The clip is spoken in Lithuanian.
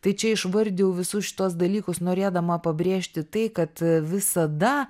tai čia išvardijau visus šituos dalykus norėdama pabrėžti tai kad visada